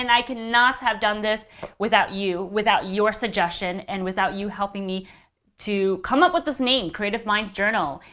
and i cannot have done this without you, without your suggestion, and without you helping me to come up with this name, creative minds journal.